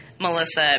melissa